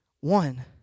one